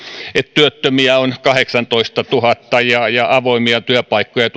työttömiä on kahdeksantoistatuhatta ja ja avoimia työpaikkoja